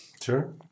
Sure